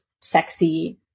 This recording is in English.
sexy